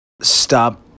stop